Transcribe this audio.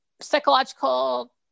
psychological